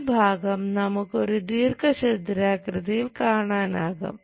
ഈ ഭാഗം നമുക്ക് ഒരു ദീർഘചതുരാകൃതിയിൽ കാണാനാകും